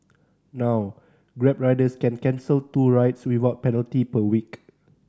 now Grab riders can cancel two rides without penalty per week